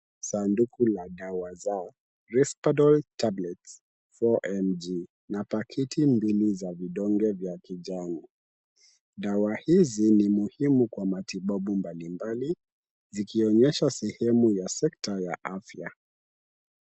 Sanduku la dawa za respatal tablets 4 mg na paketi mbili za vidonge vya kijani. Dawa hizi ni muhimu kwa matibabu mbalimbali zikionyesha sehemu ya sekta ya afya.